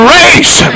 race